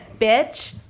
bitch